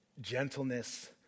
gentleness